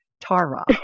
Tara